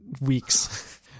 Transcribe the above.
weeks